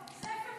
קיימות.